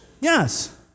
Yes